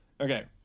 Okay